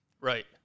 right